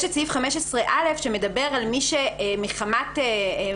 יש את סעיף 15(א) שמדבר על מי שמחמת מחלת